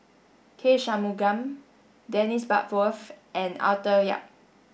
K Shanmugam Dennis Bloodworth and Arthur Yap